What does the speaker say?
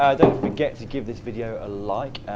ah don't forget to give this video a like,